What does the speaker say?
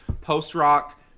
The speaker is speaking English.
post-rock